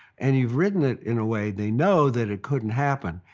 and you've written it in a way they know that it couldn't happen,